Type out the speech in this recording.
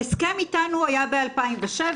ההסכם אתנו היה ב-2007,